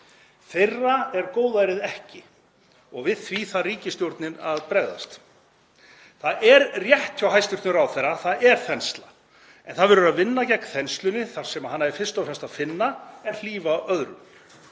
Þeirra er góðærið ekki og við því þarf ríkisstjórnin að bregðast. Það er rétt hjá ráðherra, það er þensla. En það verður að vinna gegn þenslunni þar sem hana er fyrst og fremst að finna, en hlífa öðrum.